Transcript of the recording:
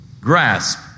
grasp